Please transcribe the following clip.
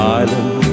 island